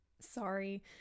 sorry